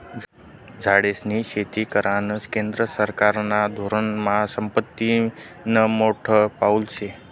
झाडेस्नी शेती करानं केंद्र सरकारना धोरनमा संपत्तीनं मोठं पाऊल शे